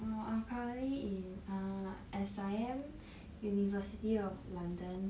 mm I'm currently in S_I_M university of london